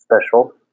special